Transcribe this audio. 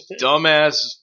Dumbass